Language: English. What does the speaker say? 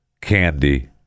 candy